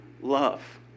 love